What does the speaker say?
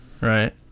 right